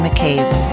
McCabe